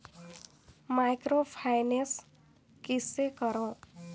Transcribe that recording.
Microfinance कइसे करव?